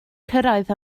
cyrraedd